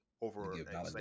over